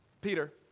Peter